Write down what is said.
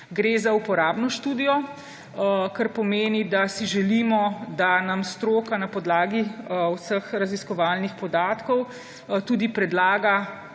gre za uporabno študijo, kar pomeni, da si želimo, da nam stroka na podlagi vseh raziskovalnih podatkov tudi predlaga